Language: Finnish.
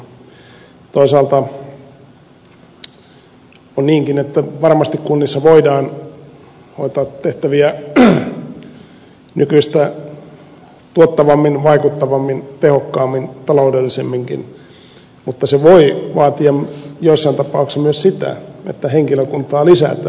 toisaalta on niinkin että varmasti kunnissa voidaan hoitaa tehtäviä nykyistä tuottavammin vaikuttavammin tehokkaammin taloudellisemminkin mutta se voi vaatia joissain tapauksissa myös sitä että henkilökuntaa lisätään eikä vähennetä